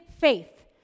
faith